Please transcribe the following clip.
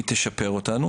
היא תשפר אותנו.